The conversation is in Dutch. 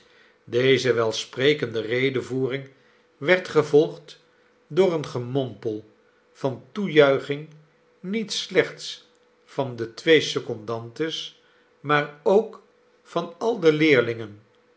deze welsprekende redevoering werd gevolgd door een gemompel van toejuiching niet slechts van de twee secondantes maar ook van al de leerlingen